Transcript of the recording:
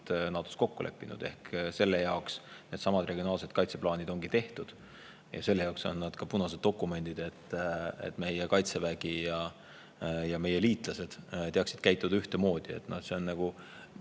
NATO‑s kokku leppinud. Selle jaoks needsamad regionaalsed kaitseplaanid ongi tehtud ja selle jaoks on need ka punased dokumendid, et meie Kaitsevägi ja meie liitlased teaksid käituda ühtemoodi. See on nagu